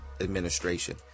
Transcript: administration